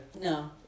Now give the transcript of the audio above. No